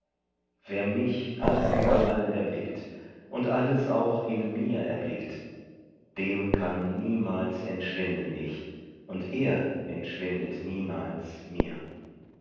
wer mich allüberall erblickt und alles auch in mir erblickt dem kann niemals entschwinden ich und er entschwindet niemals mir